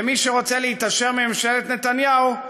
ומי שרוצה להתעשר מממשלת נתניהו,